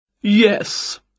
Yes